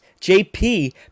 JP